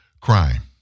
crime